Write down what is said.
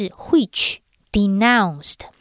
which,denounced